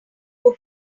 who